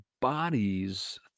bodies